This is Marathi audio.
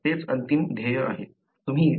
तर तेच अंतिम ध्येय आहे